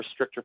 restrictor